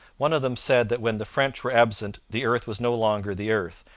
one of them said that when the french were absent the earth was no longer the earth,